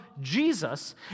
Jesus